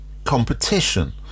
competition